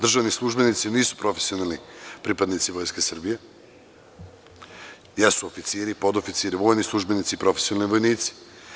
Državni službenici nisu profesionalni pripadnici Vojske Srbije, jesu oficiri, podoficiri, vojni službenici i profesionalni vojnici.